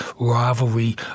rivalry